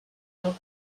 tal